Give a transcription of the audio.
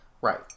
Right